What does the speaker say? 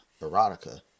Erotica